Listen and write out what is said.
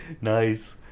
nice